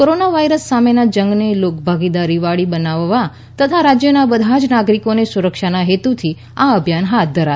corona virus સામેના જંગને લોકભાગીદારીવાળી બનાવવા તથા રાજ્યના બધા જ નાગરિકોની સુરક્ષાના હેતુથી આ અભિયાન હાથ ધરાશે